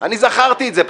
אני זכרתי את זה,